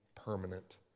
permanent